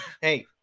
hey